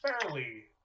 fairly